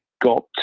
got